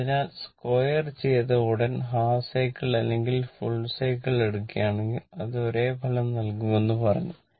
അതിനാൽ സ്ക്വയർ ചെയ്തയുടൻ half cycle അല്ലെങ്കിൽ ഫുൾ സൈക്കിൾ എടുക്കുകയാണെങ്കിൽ അത് ഒരേ ഫലം നൽകുമെന്ന് പറഞ്ഞു